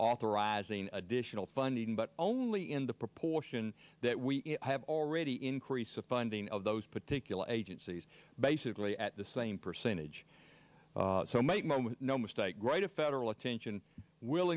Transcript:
authorizing additional funding but only in the proportion that we have already increase of funding of those particular agencies basically at the same percentage so make no mistake right a federal attention will